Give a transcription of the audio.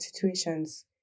situations